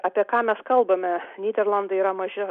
apie ką mes kalbame nyderlandai yra maža